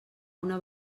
una